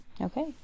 Okay